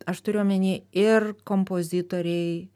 aš turiu omeny ir kompozitoriai